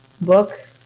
book